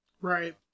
Right